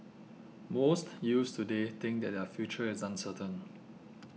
most youths today think that their future is uncertain